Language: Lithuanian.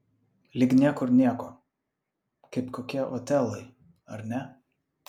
lyg niekur nieko kaip kokie otelai ar ne